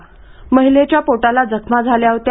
यात महिलेच्या पोटाला जखमा झाल्या होत्या